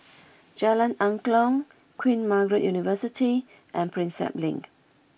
Jalan Angklong Queen Margaret University and Prinsep Link